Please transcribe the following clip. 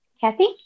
Kathy